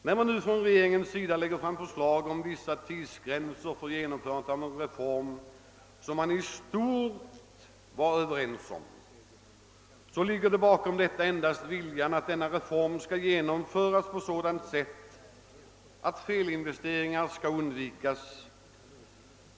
När det nu från regeringens sida föreslås vissa tidsgränser för genomförandet av en reform som man i stort var överens om tidigare ligger till grund för detta endast viljan att reformen skall förverkligas på ett sådant sätt att felinvesteringar skall undvikas.